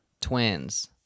twins